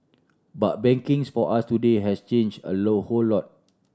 but bankings for us today has change a low whole lot